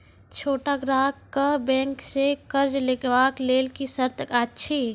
छोट ग्राहक कअ बैंक सऽ कर्ज लेवाक लेल की सर्त अछि?